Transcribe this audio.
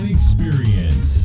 Experience